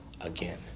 again